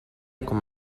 com